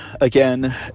again